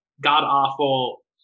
god-awful